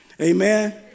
Amen